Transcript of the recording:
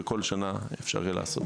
וכל שנה אפשר יהיה לעשות את זה.